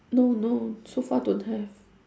no no so far don't have